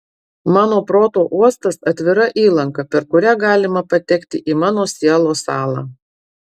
mano proto uostas atvira įlanka per kurią galima patekti į mano sielos sąlą